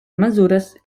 mesures